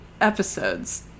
episodes